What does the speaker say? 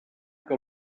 que